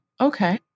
Okay